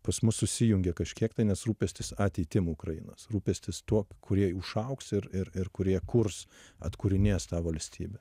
pas mus susijungia kažkiek tai nes rūpestis ateitim ukrainos rūpestis tuo kurie užaugs ir ir ir kurie kurs atkūrinės tą valstybę